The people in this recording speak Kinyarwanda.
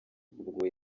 ubwo